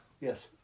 Yes